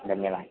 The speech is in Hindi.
धन्यवाद